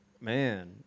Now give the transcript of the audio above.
Man